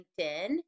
LinkedIn